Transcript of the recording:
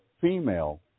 female